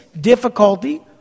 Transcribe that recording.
difficulty